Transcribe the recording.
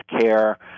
care